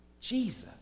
Jesus